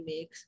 Mix